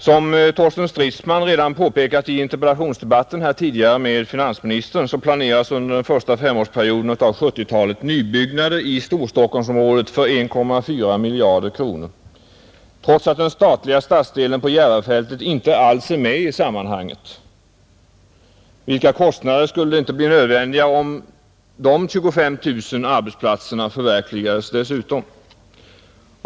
Som Torsten Stridsman redan påpekat i interpellationsdebatten här med finansministern planeras under den första femårsperioden av 1970-talet nybyggnader i Storstockholmsområdet för 1,4 miljarder kronor — trots att den statliga stadsdelen på Järvafältet inte alls är med i sammanhanget. Vilka kostnader skulle inte bli nödvändiga om de 25 000 arbetsplatserna förverkligades dessutom?